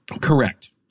Correct